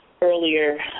earlier